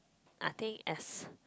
I think as